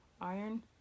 iron